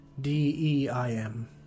D-E-I-M